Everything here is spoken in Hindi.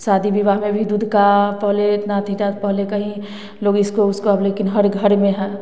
शादी विवाह में पहले दूध का पहले इतना ठीक ठाक पहले कई लोग इसका उसका लेकिन हर घर में है